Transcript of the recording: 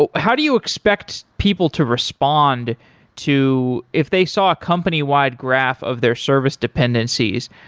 but how do you expect people to respond to if they saw a company-wide graph of their service dependencies,